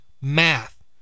math